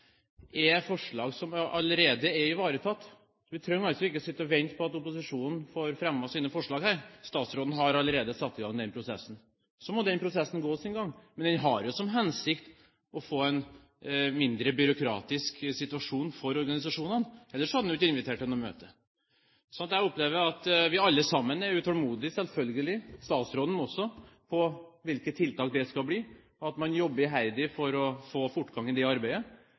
er forslag som allerede er ivaretatt. Vi trenger altså ikke å sitte og vente på at opposisjonen får fremmet sine forslag. Statsråden har allerede satt i gang den prosessen. Så må den prosessen gå sin gang. Men en har jo som hensikt å få en mindre byråkratisk situasjon for organisasjonene, ellers hadde hun ikke invitert til noe møte. Vi er selvfølgelig alle utålmodige – statsråden også – etter å vite hvilke tiltak det skal bli, slik at man jobber iherdig med å få fortgang i det arbeidet.